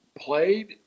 played